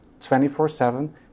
24-7